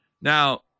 Now